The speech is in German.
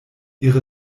ihre